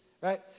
Right